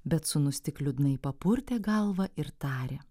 bet sūnus tik liūdnai papurtė galvą ir tarė